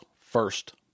first